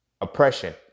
Oppression